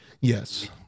Yes